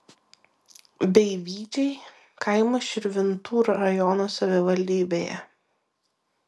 beivydžiai kaimas širvintų rajono savivaldybėje